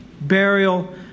burial